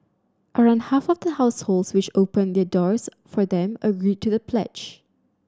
around half of the households which opened their doors for them agreed to the pledge